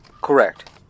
Correct